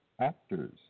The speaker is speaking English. Actors